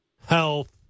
health